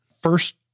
First